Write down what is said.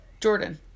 Jordan